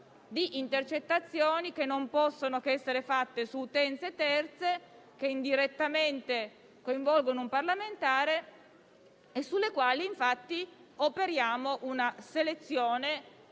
di intercettazioni, che non possono che essere fatte su utenze terze, che indirettamente coinvolgono un parlamentare, e sulle quali, infatti, operiamo una selezione